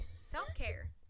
Self-care